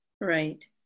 Right